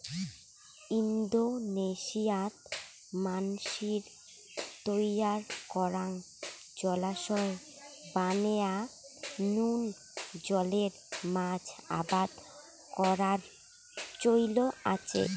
ইন্দোনেশিয়াত মানষির তৈয়ার করাং জলাশয় বানেয়া নুন জলের মাছ আবাদ করার চৈল আচে